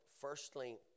Firstly